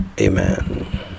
amen